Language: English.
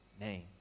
name